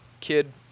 kid